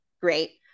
great